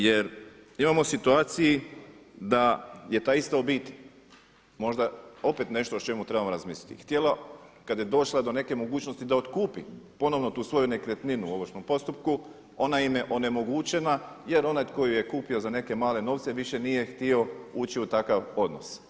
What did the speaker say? Jer imamo situaciju da je ta ista obitelj, možda opet nešto o čemu trebamo razmisliti, htjela kad je došla do neke mogućnosti da otkupi ponovno tu svoju nekretninu u ovršnom postupku ona im je onemogućena jer onaj tko ju je kupio za neke male novce više nije htio ući u takav odnos.